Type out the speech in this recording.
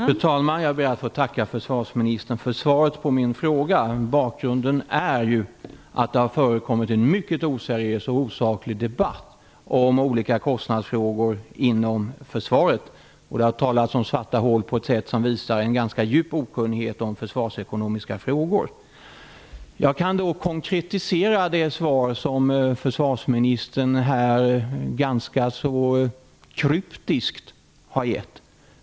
Fru talman! Jag ber att få tacka försvarsministern för svaret på min fråga. Bakgrunden är den att det har förekommit en mycket oseriös och osaklig debatt om olika kostnadsfrågor inom försvaret. Det har talats om svarta hål på ett sätt som visar en ganska djup okunnighet om försvarsekonomiska frågor. Jag kan konkretisera försvarsministerns ganska så kryptiska svar.